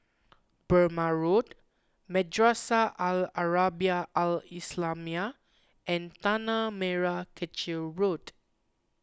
Burmah Road Madrasah Al Arabiah Al Islamiah and Tanah Merah Kechil Road